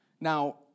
Now